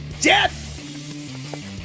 death